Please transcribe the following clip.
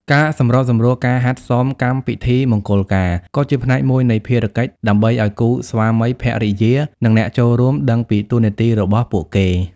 ការសម្របសម្រួលការហាត់សមកម្មពិធីមង្គលការក៏ជាផ្នែកមួយនៃភារកិច្ច ដើម្បីឱ្យគូស្វាមីភរិយា និងអ្នកចូលរួមដឹងពីតួនាទីរបស់ពួកគេ។